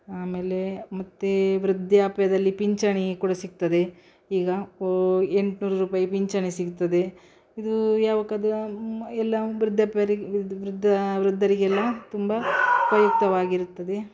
ಆಮೇಲೆ ಮತ್ತು ವೃದ್ಧಾಪ್ಯದಲ್ಲಿ ಪಿಂಚಣಿ ಕೂಡ ಸಿಗ್ತದೆ ಈಗ ಎಂಟ್ನೂರು ರೂಪಾಯಿ ಪಿಂಚಣಿ ಸಿಗ್ತದೆ ಇದು ಯಾವ ಕದಾ ಎಲ್ಲ ವೃದ್ಧಾಪ್ಯರಿಗೆ ವೃದ್ಧ ವೃದ್ಧ ವೃದ್ಧರಿಗೆಲ್ಲ ತುಂಬ ಉಪಯುಕ್ತವಾಗಿರುತ್ತದೆ